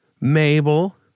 Mabel